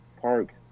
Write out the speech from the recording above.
Park